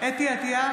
חוה אתי עטייה,